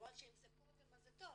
וכמובן שאם זה קודם אז זה טוב,